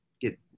get